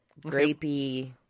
grapey